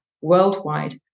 worldwide